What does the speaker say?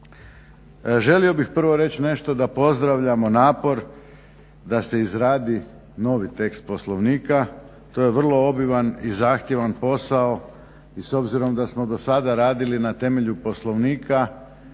Želio bih prvo reći nešto da pozdravljamo napor da se izradi novi tekst poslovnika. To je vrlo obiman i zahtjevan posao i s obzirom da smo do sada radili na temelju Poslovnika